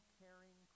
caring